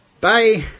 Bye